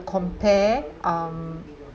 compare um